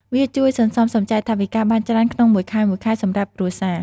វាជួយសន្សំសំចៃថវិកាបានច្រើនក្នុងមួយខែៗសម្រាប់គ្រួសារ។